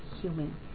human